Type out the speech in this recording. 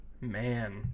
Man